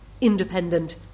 independent